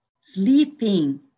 Sleeping